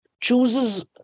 chooses